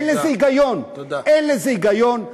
אין לזה היגיון, אין לזה היגיון.